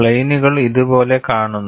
പ്ലെയിനുകൾ ഇതുപോലെ കാണുന്നു